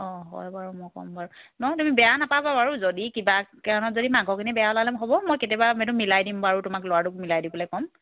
অঁ হয় বাৰু মই ক'ম বাৰু মই তুমি বেয়া নাপাবা বাৰু যদি কিবা কাৰণত যদি মাংসখিনি বেয়া ওলালে হ'ব মই কেতিয়াবা এইটো মিলাই দিম বাৰু তোমাক ল'ৰাটোক মিলাই দিবলে কম